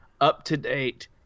up-to-date